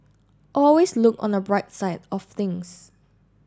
always look on the bright side of things